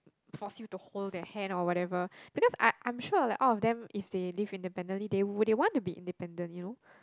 force you to hold their hand or whatever because I I'm sure like all of them if they live independently they will they want to be independent you know